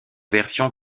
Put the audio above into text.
versions